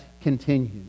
continues